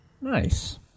Nice